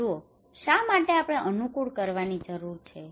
જુઓ શા માટે આપણે અનુકૂળ કરવાની જરૂર છે